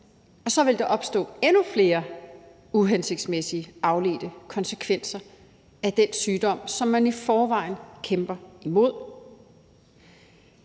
og så ville der opstå endnu flere uhensigtsmæssige afledte konsekvenser af den sygdom, som man i forvejen kæmper imod.